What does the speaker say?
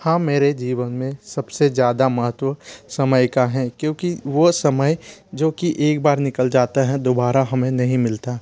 हाँ मेरे जीवन मे सबसे ज़्यादा महत्व समय का है क्योंकि वो समय जोकि एक बार निकल जाता है दोबारा हमें नहीं मिलता